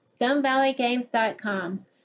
StoneValleyGames.com